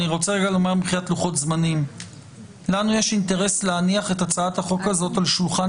לנו יש אינטרס להניח את הצעת החוק הזאת על שולחן